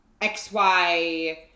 XY